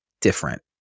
different